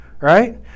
right